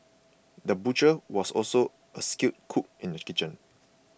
the butcher was also a skilled cook in the kitchen